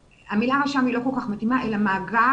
המילה רשם היא לא כל כך מתאימה אלא מאגר